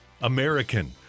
American